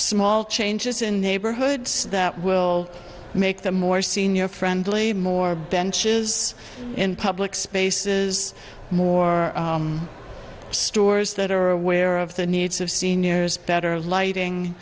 small changes in neighborhoods that will make them more senior friendly more benches in public spaces more stores that are aware of the needs of seniors better lighting